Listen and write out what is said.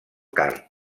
card